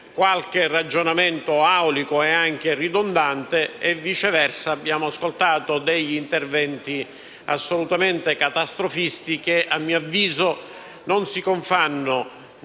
qualche ragionamento aulico e anche ridondante; viceversa abbiamo ascoltato degli interventi assolutamente catastrofisti, che a mio avviso non si confanno